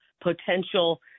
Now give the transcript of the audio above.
potential